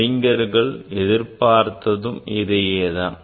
அறிஞர்கள் எதிர்பார்த்ததும் இதையே தான்